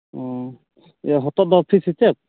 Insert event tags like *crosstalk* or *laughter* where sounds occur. ᱚᱻ ᱤᱭᱟᱹ ᱦᱚᱛᱚᱜ ᱫᱚ *unintelligible*